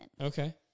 Okay